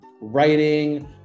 Writing